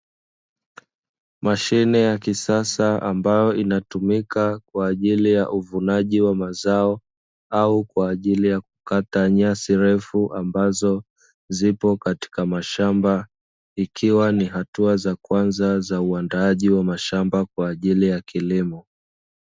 Mashine ya kisasa ambayo inatumika kwa ajili ya uvunaji wa mazao, au kwa ajili yakukata nyasi refu ambazo zipo katika mashamba, ikiwa ni hatua za kwanza za uandaaji wa mashamba kwa ajili ya kilimo.